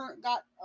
got